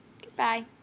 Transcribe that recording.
Goodbye